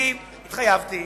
אני התחייבתי